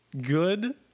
good